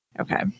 Okay